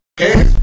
okay